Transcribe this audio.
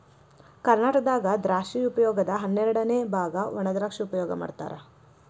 ಕರ್ನಾಟಕದಾಗ ದ್ರಾಕ್ಷಿ ಉಪಯೋಗದ ಹನ್ನೆರಡಅನೆ ಬಾಗ ವಣಾದ್ರಾಕ್ಷಿ ಉಪಯೋಗ ಮಾಡತಾರ